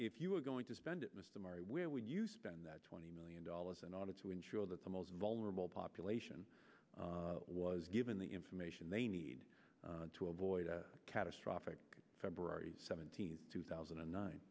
if you were going to spend it was the market where would you spend that twenty million dollars in order to ensure that the most vulnerable population was given the information they need to avoid a catastrophic february seventeenth two thousand and nine